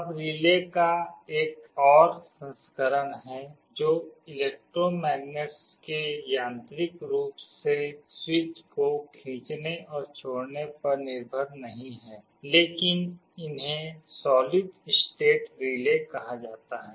अब रिले का एक और संस्करण है जो इलेक्ट्रोमैग्नेट्स के यांत्रिक रूप से स्विच को खींचने और छोड़ने पर निर्भर नहीं है लेकिन इन्हें सॉलिड स्टेट रिले कहा जाता है